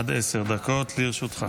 עד עשר דקות לרשותך.